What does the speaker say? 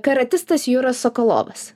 karatistas juras sokolovas